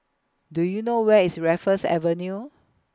Do YOU know Where IS Raffles Avenue